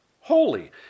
holy